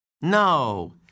No